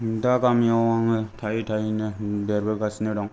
दा गामियाव आङो थायै थायैनो देरबोगासिनो दं